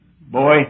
boy